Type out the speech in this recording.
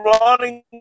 running